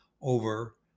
over